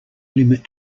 limit